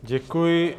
Děkuji.